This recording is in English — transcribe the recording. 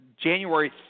January